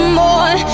more